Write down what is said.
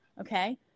okay